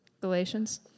Galatians